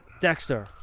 Dexter